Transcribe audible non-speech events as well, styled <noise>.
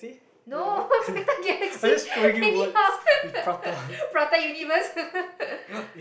no not prata-galaxy <laughs> anyhow <laughs> Prata-universe <laughs>